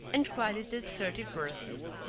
and cried it at thirty purses.